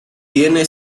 tiene